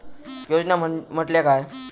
योजना म्हटल्या काय?